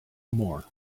more